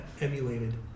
emulated